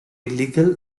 illegal